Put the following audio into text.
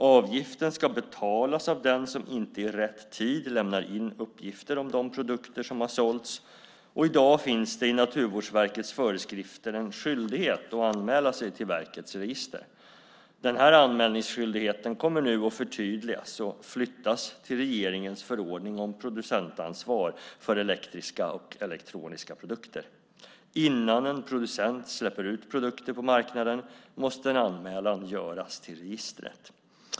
Avgiften ska betalas av den som inte i rätt tid lämnar in uppgifter om de produkter som har sålts. I dag finns det i Naturvårdsverkets föreskrifter en skyldighet att anmäla sig till verkets register. Denna anmälningsskyldighet kommer nu att förtydligas och flyttas till regeringens förordning om producentansvar för elektriska och elektroniska produkter. Innan en producent släpper ut produkter på marknaden måste en anmälan göras till registret.